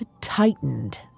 tightened